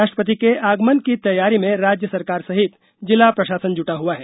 राष्ट्रपति के आगमन की तैयारी में राज्य सरकार सहित जिला प्रशासन जुटा हुआ है